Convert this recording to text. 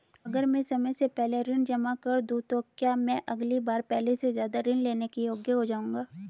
अगर मैं समय से पहले ऋण जमा कर दूं तो क्या मैं अगली बार पहले से ज़्यादा ऋण लेने के योग्य हो जाऊँगा?